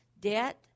debt